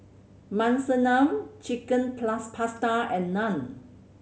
Monsunabe Chicken Pasta and Naan